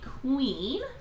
queen